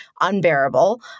unbearable